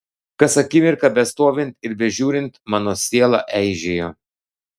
kas akimirką bestovint ir bežiūrint mano siela eižėjo